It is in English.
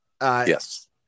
Yes